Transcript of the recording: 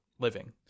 Living